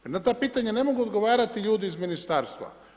I na ta pitanja ne mogu odgovarati ljudi iz ministarstva.